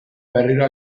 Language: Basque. berriro